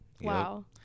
Wow